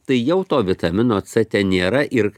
tai jau to vitamino c ten nėra ir